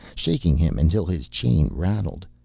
shaking him until his chain rattled.